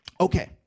Okay